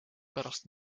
pärast